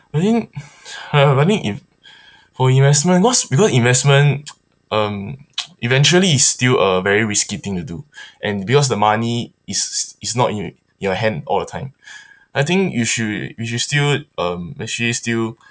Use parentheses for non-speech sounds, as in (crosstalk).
I think (breath) uh I think if for investment what's because investment (noise) um (noise) eventually is still a very risky thing to do (breath) and because the money is is not in your hand all the time (breath) I think you should you should still um actually still